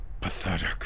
pathetic